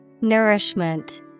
Nourishment